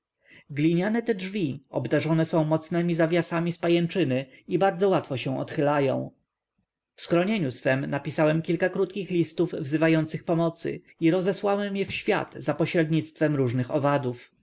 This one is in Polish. gliniane te drzwi obdarzone są mocnemi zawiasami z pajęczyny i bardzo łatwo się odchylają w schronieniu swem napisałem kilka krótkich listów wzywających pomocy i rozesłałem je w świat za pośrednictwem różnych owadów